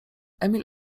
emil